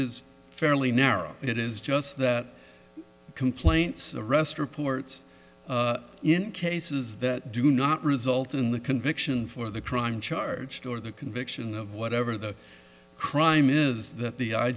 is fairly narrow it is just that complaints arrest reports in cases that do not result in the conviction for the crime charged or the conviction of whatever the crime is that the i